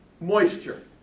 moisture